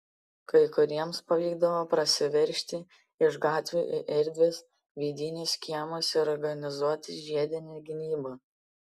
kai kuriems pavykdavo prasiveržti iš gatvių į erdvius vidinius kiemus ir organizuoti žiedinę gynybą